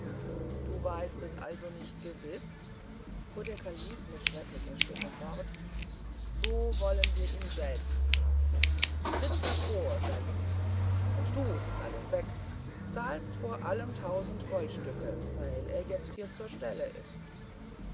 du weißt es also nicht gewiß fuhr der kalif mit schrecklicher stimme fort so wollen wir ihn selbst fragen tritt hervor said und du kalum beck zahlst vor allem tausend goldstücke weil er jetzt hier zur stelle ist